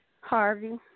Harvey